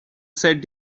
said